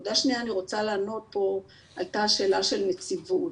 נקודה שניה, הייתה כאן שאלה של נציבות.